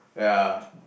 ya